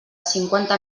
cinquanta